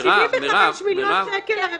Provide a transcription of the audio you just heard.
75 מיליון שקל הרווחה.